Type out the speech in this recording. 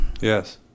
yes